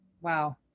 wow